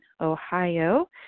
Ohio